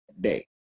day